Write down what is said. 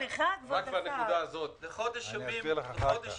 אני צריך את זה לתכנון, לשיווק, לסיוע בשכר דירה.